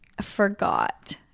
forgot